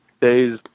days